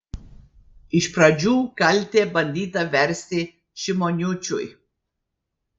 iš pradžių kaltę bandyta versti šimoniūčiui